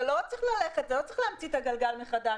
לא צריך להמציא את הגלגל מחדש.